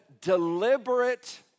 deliberate